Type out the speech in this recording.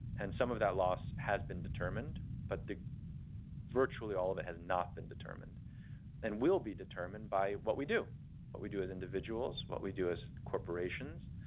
and some of that loss has been determined, but virtually all of it has not been determined and will be determined by what we do what we do as individuals, what we do as corporations,